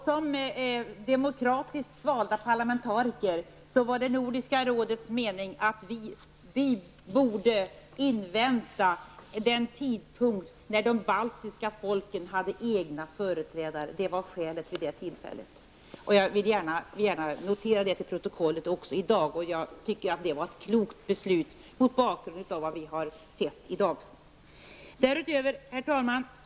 Som demokratiskt valda parlamentariker var det Nordiska rådets mening att vi borde invänta den tidpunkt när de baltiska folken hade fått egna företrädare. Det var skälet till ställningstagandet vid det tillfället. Jag vill gärna notera detta till protokollet också i dag. Jag anser att detta var ett klokt beslut mot bakgrund av vad vi nu ser i dag. Herr talman!